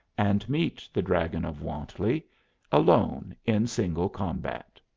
and meet the dragon of wantley alone in single combat.